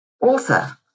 author